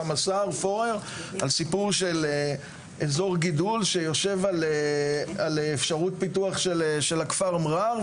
של אזור גידול שיושב על אפשרות פיתוח של הכפר מגאר,